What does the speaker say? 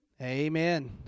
Amen